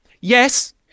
Yes